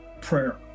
prayer